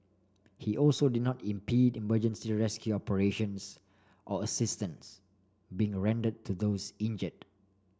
he also did not impede emergency rescue operations or assistance being rendered to those injured